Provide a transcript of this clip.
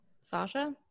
Sasha